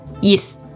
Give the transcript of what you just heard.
Yes